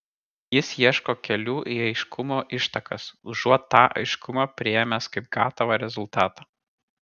jis ieško kelių į aiškumo ištakas užuot tą aiškumą priėmęs kaip gatavą rezultatą